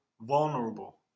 vulnerable